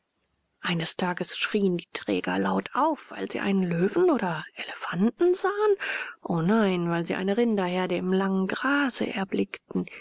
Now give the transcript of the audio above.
eines tages schrien die träger laut auf weil sie einen löwen oder elefanten sahen o nein weil sie eine rinderherde im langen grase erblickten